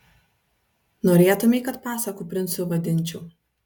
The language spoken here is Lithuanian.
norėtumei kad pasakų princu vadinčiau